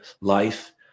life